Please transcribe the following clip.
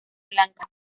blancas